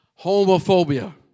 homophobia